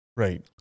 Right